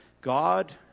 God